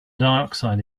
dioxide